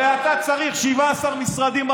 הרי אתה צריך 17 משרדים,